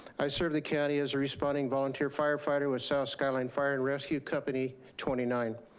i serve the county as a responding volunteer firefighter with south skyline fire and rescue company twenty nine.